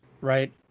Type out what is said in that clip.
right